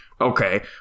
Okay